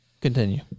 Continue